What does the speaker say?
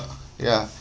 uh ya